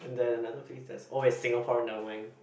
and then another place that's oh wait Singaporean never mind